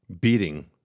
beating